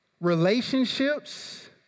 relationships